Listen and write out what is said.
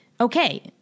okay